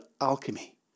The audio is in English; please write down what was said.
alchemy